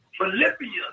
Philippians